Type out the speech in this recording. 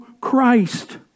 Christ